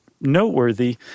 noteworthy